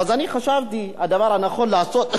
ואז חשבתי שהדבר הנכון לעשות,